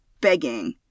begging